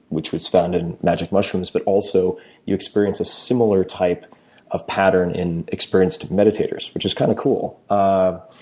which was found in magic mushrooms, but also you experience a similar type of pattern in experienced meditators, which is kind of cool. um